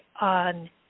on